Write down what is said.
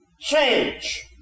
change